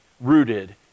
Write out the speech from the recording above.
rooted